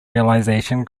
realization